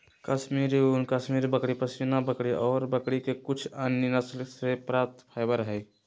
कश्मीरी ऊन, कश्मीरी बकरी, पश्मीना बकरी ऑर बकरी के कुछ अन्य नस्ल से प्राप्त फाइबर हई